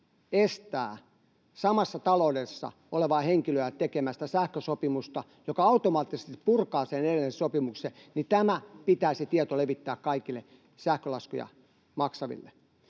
estää samassa taloudessa olevaa henkilöä tekemästä sähkösopimusta, joka automaattisesti purkaa sen edellisen sopimuksen, niin tämä tieto pitäisi levittää kaikille sähkölaskuja maksaville.